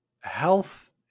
health